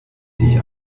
sich